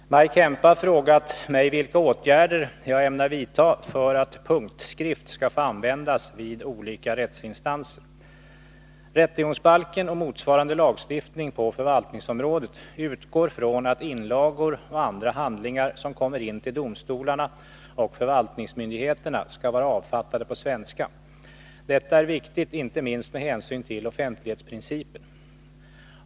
Herr talman! Maj Kempe har frågat mig vilka åtgärder jag ämnar vidta för att punktskrift skall få användas vid olika rättsinstanser. Rättegångsbalken och motsvarande lagstiftning på förvaltningsområdet utgår från att inlagor och andra handlingar som kommer in till domstolarna och förvaltningsmyndigheterna skall vara avfattade på svenska. Detta är viktigt inte minst med hänsyn till offentlighetsprincipen.